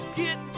get